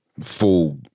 full